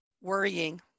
Worrying